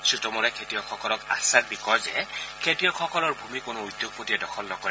শ্ৰী টোমৰে খেতিয়কসকলক আশ্বাস দি কয় যে খেতিয়কসকলৰ ভূমি কোনো উদ্যোগপতিয়ে দখল নকৰে